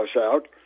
out